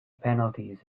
penalties